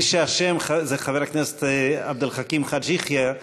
מי שאשם זה חבר הכנסת עבד אל חכים חאג' יחיא,